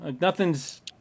Nothing's